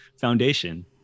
foundation